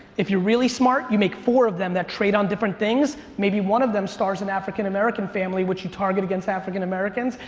if you're really smart, you make four of them that trade on different things. maybe one of them stars an african american family, which you target against african americans.